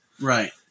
Right